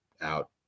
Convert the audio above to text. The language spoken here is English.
out